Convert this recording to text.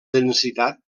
densitat